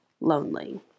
lonely